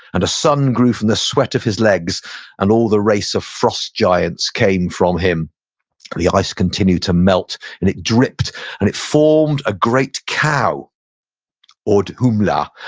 and a son grew from the sweat of his legs and all the race of frost giants came from him the ice continued the melt and it dripped and it formed a great cow audumbla.